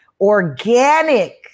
organic